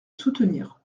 soutenir